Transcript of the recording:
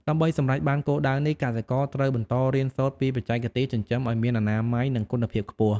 ដើម្បីសម្រេចបានគោលដៅនេះ កសិករត្រូវបន្តរៀនសូត្រពីបច្ចេកទេសចិញ្ចឹមឲ្យមានអនាម័យនិងគុណភាពខ្ពស់។